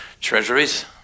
treasuries